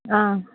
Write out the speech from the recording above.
अँ